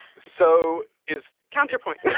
so is counterpoint. so.